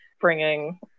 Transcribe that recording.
bringing